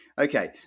okay